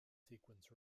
sequence